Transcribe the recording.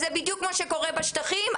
זה בדיוק מה שקורה בשטחים,